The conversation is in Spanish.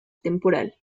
temporal